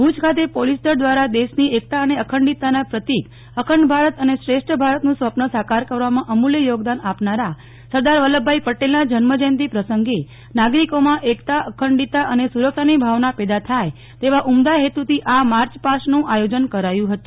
ભુજ ખાતે પોલીસ દળ દ્વારા દેશની એકતા અને અખંડીતતાના પ્રતિક અખંડ ભારત અને શ્રેષ્ઠ ભારતનું સ્વપ્ન સાકાર કરવામાં અમુલ્ય યોગદાન આપનારા સરદાર વલ્લભભાઈ પટેલના જન્મ જયંતિ પ્રસંગે નાગરિકોમાં એકતા અખંડીતતા અને સુરક્ષાની ભાવના પેદા થાય તેવા ઉમદા હેતુથી આ માર્ચ પાસ્ટનું આયોજન કરાયું હતું